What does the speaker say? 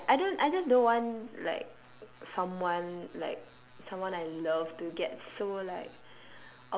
and like I don't I just don't want like someone like someone I love to get so like